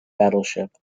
battleship